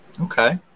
Okay